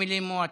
אמילי מואטי.